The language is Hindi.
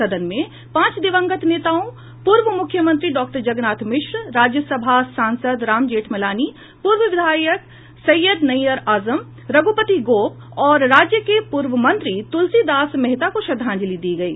सदन में पांच दिवंगत नेताओं पूर्व मुख्यमंत्री डॉक्टर जगन्नाथ मिश्र राज्य सभा सांसद राम जेठमलानी पूर्व विधायक सैयद नैय्यर आजम रघुपति गोप और राज्य के पूर्व मंत्री तुलसी दास मेहता को श्रद्धांजलि दी गयी